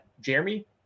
Jeremy